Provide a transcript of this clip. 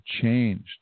changed